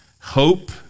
hope